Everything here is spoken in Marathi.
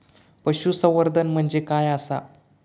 पशुसंवर्धन म्हणजे काय आसा?